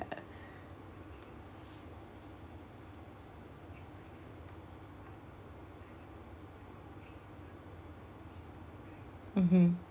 uh mmhmm